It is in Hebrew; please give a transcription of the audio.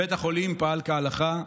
בית החולים פעל כהלכה,